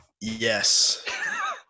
Yes